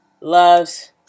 loves